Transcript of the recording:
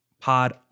pod